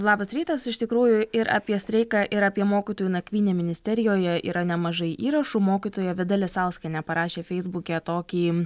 labas rytas iš tikrųjų ir apie streiką ir apie mokytojų nakvynę ministerijoje yra nemažai įrašų mokytoja vida lesauskienė parašė feisbuke tokį